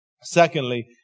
Secondly